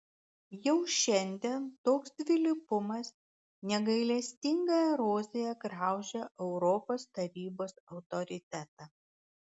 jau šiandien toks dvilypumas negailestinga erozija graužia europos tarybos autoritetą